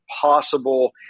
possible